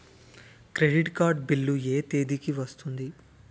Credit card bill ఎ తేదీ కి వస్తుంది?